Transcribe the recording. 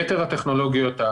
יתר הטכנולוגיות,